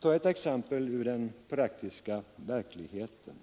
ta ett exempel ur den praktiska verkligheten.